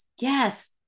Yes